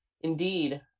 Indeed